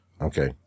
Okay